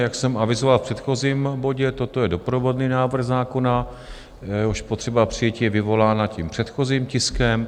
Jak jsem avizoval v předchozím bodě, toto je doprovodný návrh zákona, jehož potřeba přijetí je vyvolána předchozím tiskem.